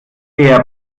sehr